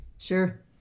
Sure